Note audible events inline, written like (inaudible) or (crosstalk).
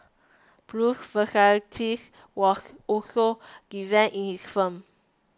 Bruce's (unintelligible) was also given in his films